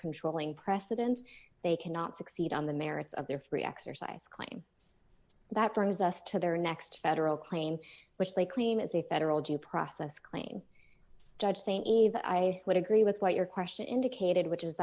controlling precedence they cannot succeed on the merits of their free exercise claim that brings us to their next federal claim which they clean as a federal judge process claim judge saying eva i would agree with what your question indicated which is